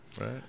Right